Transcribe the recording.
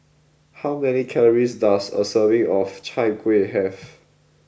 how many calories does a serving of Chai Kueh have